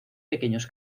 pequeños